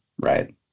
Right